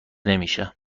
نمیشه